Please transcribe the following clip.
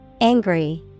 Angry